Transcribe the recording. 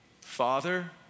Father